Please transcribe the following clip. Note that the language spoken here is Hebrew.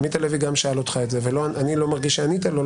כי עמית הלוי גם שאל אותך את זה ואני לא מרגיש שענית לו,